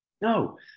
No